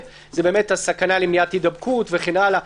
- זה הסכנה למניעת הידבקות וכן הלאה,